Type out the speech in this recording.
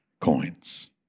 coins